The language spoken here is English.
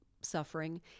suffering